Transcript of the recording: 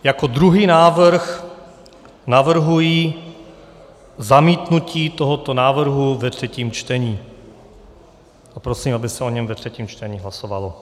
Jako druhý návrh navrhuji zamítnutí tohoto návrhu ve třetím čtení a prosím, aby se o něm ve třetím čtení hlasovalo.